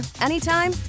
anytime